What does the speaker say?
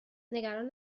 نگران